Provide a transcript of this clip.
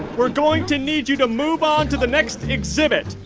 we're going to need you to move on to the next exhibit.